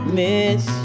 miss